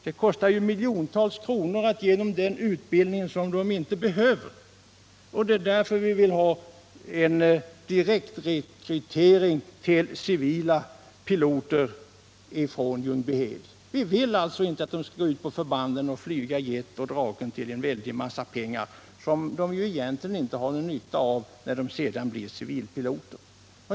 Det kostar miljontals kronor att ge blivande civila piloter en utbildning som de inte behöver. Det är därför vi vill ha en direktrekrytering av civila piloter från Ljungbyhed. Vi vill alltså inte att de skall ut på förbanden och flyga Draken till väldiga kostnader, eftersom de egentligen inte har någon nytta av detta när de sedan blir civilpiloter.